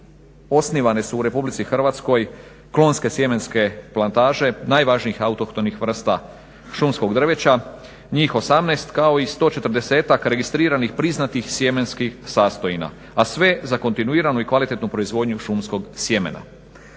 osnivane su u Republici Hrvatskoj klonske sjemenske plantaže najvažnijih autohtonih vrsta šumskog drveća, njih 18 kao i 140-ak registriranih priznatih sjemenskih sastojina, a sve za kontinuiranu i kvalitetnu proizvodnju šumskog sjemena.